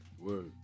Word